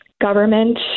government